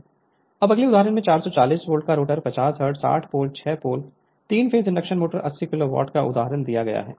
Refer Slide Time 2434 अब अगले उदाहरण में 440 वोल्ट का rotor 50 hertz 60 pole 6 pole 3 phase induction motor 80 kilowatt का उदाहरण दिया गया है